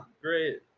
great